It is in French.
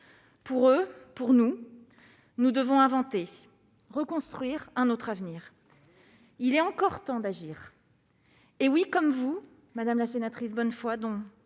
Pour eux, pour nous, nous devons inventer, reconstruire un autre avenir. Allons-y ! Il est encore temps d'agir. Comme vous, madame la sénatrice Bonnefoy,